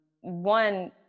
One